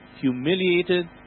humiliated